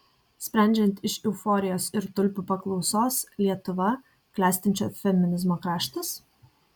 sprendžiant iš euforijos ir tulpių paklausos lietuva klestinčio feminizmo kraštas